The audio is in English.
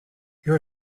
your